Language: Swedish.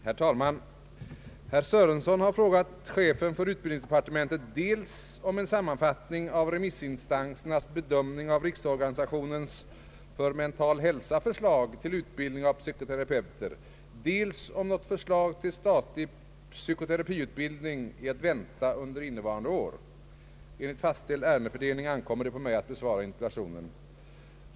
Herr talman! Herr Sörenson har frågat chefen för utbildningsdepartemen tet dels om en sammanfattning av remissinstansernas bedömning av Riksorganisationens för mental hälsa förslag till utbildning av psykoterapeuter, dels om något förslag till statlig psykoterapiutbildning är att vänta under innevarande år. Enligt fastställd ärendefördelning ankommer det på mig att besvara interpellationen.